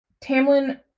Tamlin